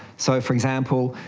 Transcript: so, for example,